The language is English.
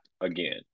again